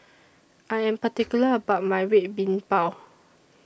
I Am particular about My Red Bean Bao